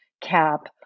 cap